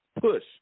push